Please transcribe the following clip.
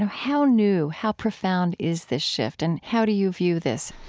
how new, how profound is this shift and how do you view this?